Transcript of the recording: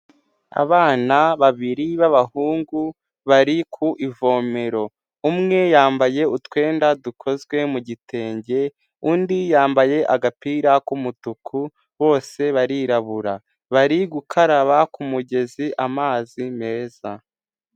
Abana babiri b'abahungu bari ku ivomero, umwe yambaye utwenda dukozwe mu gitenge, undi yambaye agapira k'umutuku, bose barirabura bari gukaraba ku mugezi amazi meza.